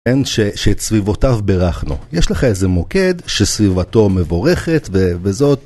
כן.. שאת סביבותיו בירכנו, יש לך איזה מוקד שסביבתו מבורכת וזאת